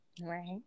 Right